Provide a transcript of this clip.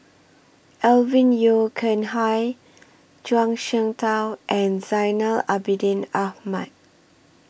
Alvin Yeo Khirn Hai Zhuang Shengtao and Zainal Abidin Ahmad